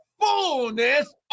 Fullness